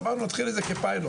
אמרנו, נתחיל את זה כפיילוט.